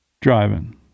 driving